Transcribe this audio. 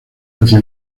hacia